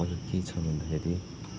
अनि के छ भन्दाखेरि